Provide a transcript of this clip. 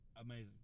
Amazing